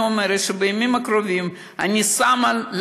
אני אומרת שבימים הקרובים אני שמה,